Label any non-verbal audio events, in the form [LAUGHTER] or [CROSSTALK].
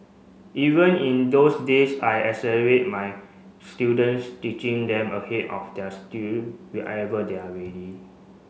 even in those days I accelerate my students teaching them ahead of their [UNINTELLIGIBLE] whenever they are ready